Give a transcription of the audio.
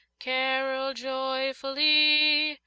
carol joyfully,